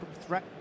threat